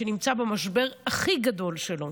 שנמצא במשבר הכי גדול שלו,